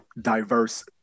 diverse